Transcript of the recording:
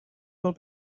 will